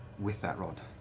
with that rod.